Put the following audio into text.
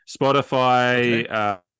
Spotify